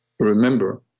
Remember